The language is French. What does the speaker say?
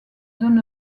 zone